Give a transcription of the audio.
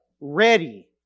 ready